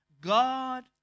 God